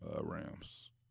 Rams